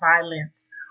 violence